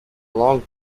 long